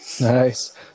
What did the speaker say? nice